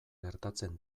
gertatzen